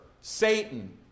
Satan